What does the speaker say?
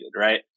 Right